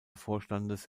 vorstandes